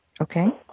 Okay